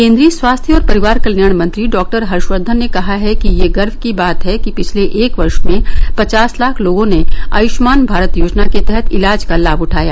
केन्द्रीय स्वास्थ्य और परिवार कल्याण मंत्री डॉक्टर हर्षवर्धन ने कहा है कि यह गर्व की बात है कि पिछले एक वर्ष में पचास लाख लोगों ने आयुष्मान भारत योजना के तहत इलाज का लाभ उठाया